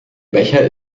becher